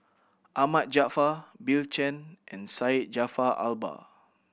Ahmad Jaafar Bill Chen and Syed Jaafar Albar